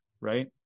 right